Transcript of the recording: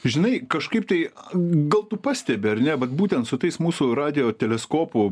žinai kažkaip tai gal tu pastebi ar ne vat būtent su tais mūsų radijo teleskopu